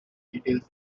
details